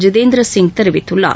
ஜிதேந்திர சிங் தெரிவித்துள்ளார்